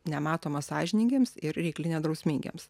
nematoma sąžiningiems ir reikli nedrausmingiems